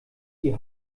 die